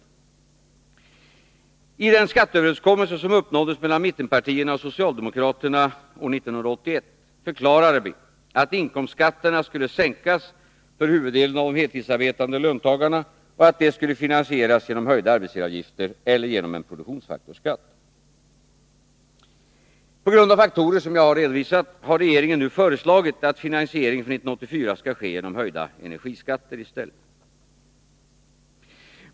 socialdemokraterna år 1981 förklarade vi, att inkomstskatterna skulle sänkas för huvuddelen av de heltidsarbetande löntagarna och att detta skulle finansieras genom höjda arbetsgivaravgifter eller genom en produktionsfaktorskatt. På grund av faktorer som jag redan har redovisat har regeringen nu föreslagit att finansieringen för 1984 skall ske genom höjda energiskatter i stället.